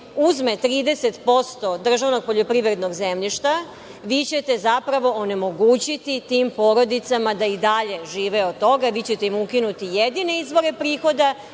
uzme 30% državnog poljoprivrednog zemljišta vi ćete zapravo onemogućiti tim porodicama da i dalje žive od toga, vi ćete im ukinuti jedine izvore prihoda